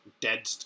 dead